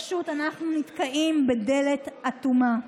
אנחנו פשוט נתקעים בדלת אטומה.